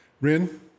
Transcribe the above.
Rin